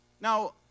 Now